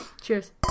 Cheers